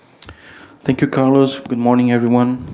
thank you, carlos. good morning, everyone.